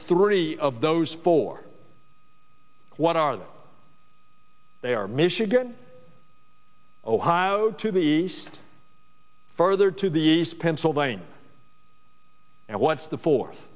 three of those for what are they are michigan ohio to the east further to the east pennsylvania and what's the fourth